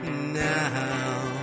now